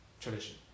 tradition